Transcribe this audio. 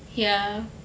ya